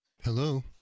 Hello